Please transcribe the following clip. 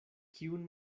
kiun